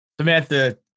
Samantha